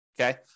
okay